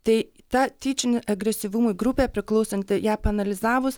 tai ta tyčinė agresyvumui grupė priklausanti ją paanalizavus